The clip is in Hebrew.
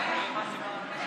59, נגד, 58 חברי כנסת.